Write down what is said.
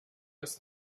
was